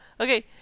Okay